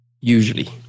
Usually